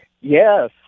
Yes